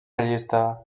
llista